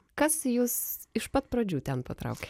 kas jūs iš pat pradžių ten patraukė